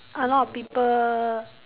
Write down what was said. a lot of people